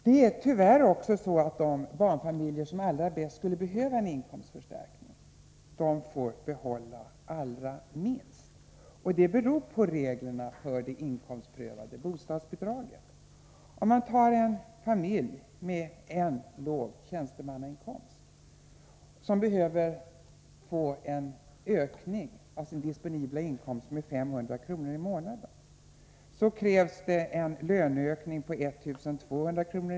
Det är tyvärr också så att de barnfamiljer som allra bäst skulle behöva en inkomstförstärkning får behålla allra minst. Det beror på reglerna för de inkomstprövade bostadsbidragen. För en familj med en låg tjänstemannainkomst som behöver få en ökning av sin disponibla inkomst med 500 kr. i månaden krävs det en löneökning på 1 200 kr.